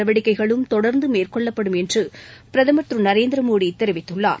நடவடிக்கைகளும் தொடர்ந்து மேற்கொள்ளப்படும் என்று பிரதமர் திரு நந்திரமோடி தெரிவித்துள்ளார்